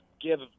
give